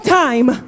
time